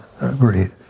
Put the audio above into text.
agreed